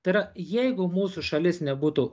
tai yra jeigu mūsų šalis nebūtų